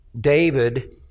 David